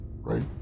right